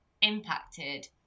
impacted